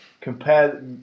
compare